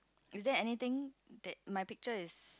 is there anything that my picture is